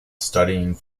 studying